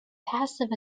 passive